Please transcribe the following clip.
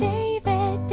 David